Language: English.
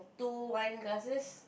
two wine glasses